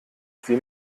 sie